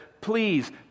please